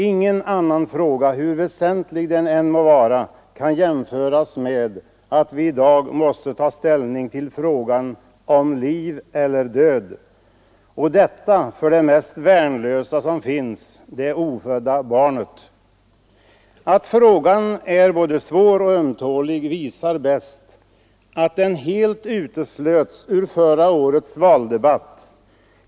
Inget annat avgörande, hur väsentligt det än må vara, kan jämföras med att vi i dag måste ta ställning till frågan om liv eller död, och detta för det mest värnlösa som finns — det ofödda barnet. Att frågan är både svår och ömtålig visas bäst av att den helt uteslöts ur förra årets valdebatt.